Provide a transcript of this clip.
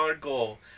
goal